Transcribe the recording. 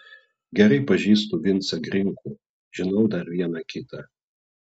gerai pažįstu vincą grinkų žinau dar vieną kitą